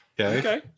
Okay